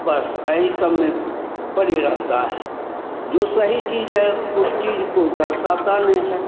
बस यही सबमें पड़े रहते हैं जो सही चीज़ है उस चीज को दर्शाता नहीं है